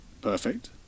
perfect